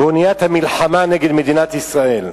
באוניית המלחמה נגד מדינת ישראל.